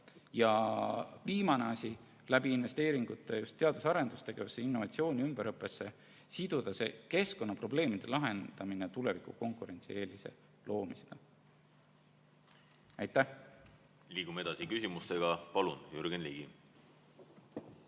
Viimane asi: tehes investeeringuid just teadus‑ ja arendustegevusse, innovatsiooni, ümberõppesse, siduda keskkonnaprobleemide lahendamine tuleviku konkurentsieelise loomisega. Aitäh! Liigume edasi küsimustega. Palun, Jürgen Ligi!